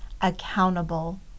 accountable